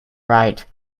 right